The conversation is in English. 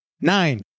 Nine